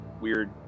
weird